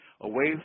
away